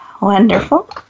Wonderful